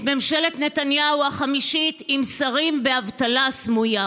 ממשלת נתניהו החמישית עם שרים ואבטלה סמויה.